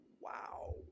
Wow